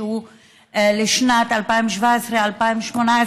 שהוא לשנת 2017 ו-2018,